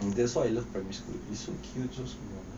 that's why I love primary school it's so cute so small